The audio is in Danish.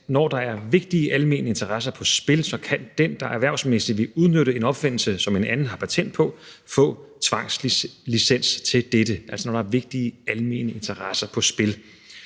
når der er vigtige almene interesser på spil, kan den, der erhvervsmæssigt vil udnytte en opfindelse, som en anden har patent på, få tvangslicens til dette, altså når der er vigtige almen interesser på spil.